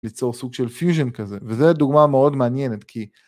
ליצור סוג של פיוז'ין כזה, וזו דוגמה מאוד מעניינת כי...